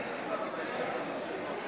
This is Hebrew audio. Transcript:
אין נמנעים.